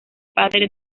padre